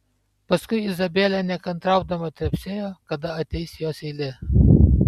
paskui izabelė nekantraudama trepsėjo kada ateis jos eilė